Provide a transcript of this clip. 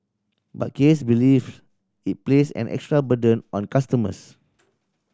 but Case believes it place an extra burden on customers